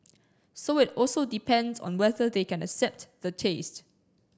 so it also depends on whether they can accept the taste